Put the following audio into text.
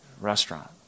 restaurant